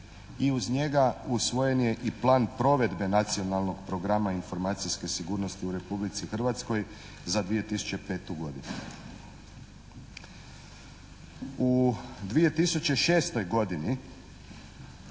i uz njega usvojen je i plan provedbe nacionalnog programa informacijske sigurnosti u Republici Hrvatskoj za 2005. godinu. U 2006. godini